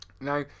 Now